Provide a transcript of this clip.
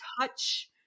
touch